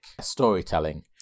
storytelling